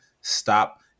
stop